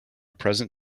present